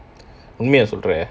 உண்மையா சொல்ற:unmayaa solra